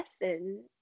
lesson